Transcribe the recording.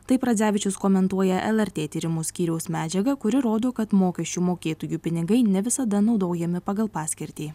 taip radzevičius komentuoja lrt tyrimų skyriaus medžiagą kuri rodo kad mokesčių mokėtojų pinigai ne visada naudojami pagal paskirtį